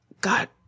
God